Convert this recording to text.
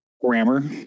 grammar